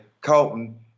Colton